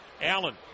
Allen